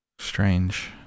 Strange